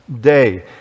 day